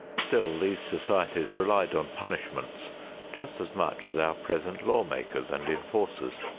still these societies relied on punishments just as much as our present law-makers and enforcers,